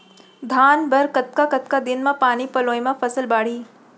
धान बर कतका कतका दिन म पानी पलोय म फसल बाड़ही?